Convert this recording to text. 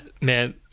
man